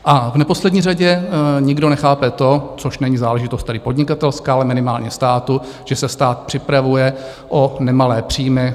A v neposlední řadě nikdo nechápe to, což není záležitost tady podnikatelská, ale minimálně státu, že se stát připravuje o nemalé příjmy.